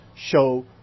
show